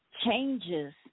changes